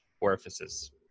orifices